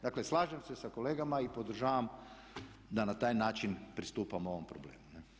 Dakle, slažem se sa kolegama i podržavam da na taj način pristupamo ovom problemu.